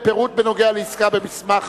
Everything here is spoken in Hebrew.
פירוט בנוגע לעסקה במסמך חסר).